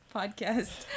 Podcast